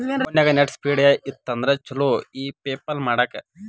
ಫೋನ್ಯಾಗ net speed ಇತ್ತಂದ್ರ ಚುಲೊ ಇ ಪೆಪಲ್ ಮಾಡಾಕ